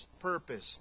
purpose